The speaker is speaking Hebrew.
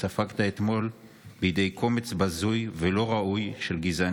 ספג קללות גזעניות נוראיות מקומץ קטן של הקהל שישב שם.